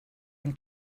and